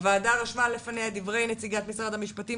הוועדה רשמה לפניה את דברי נציגת משרד המשפטים,